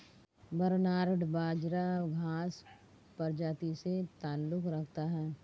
barnyard बाजरा घांस प्रजाति से ताल्लुक रखता है